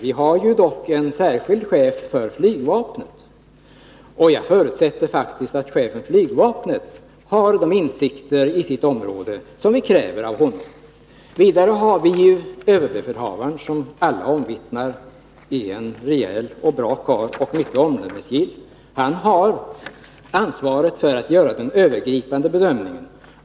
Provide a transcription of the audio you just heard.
Vi har dock en särskild chef för flygvapnet, och jag förutsätter faktiskt att chefen för flygvapnet har de insikter inom sitt område som vi kräver av honom. Vidare har vi överbefälhavaren, som alla omvittnar är en rejäl och bra karl och mycket omdömesgill. Han har ansvaret för att göra den övergripande bedömningen.